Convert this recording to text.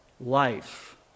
life